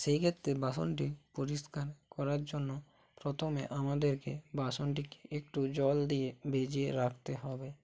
সেই ক্ষেত্রে বাসনটি পরিষ্কার করার জন্য প্রথমে আমাদেরকে বাসনটিকে একটু জল দিয়ে ভিজিয়ে রাখতে হবে